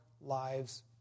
lives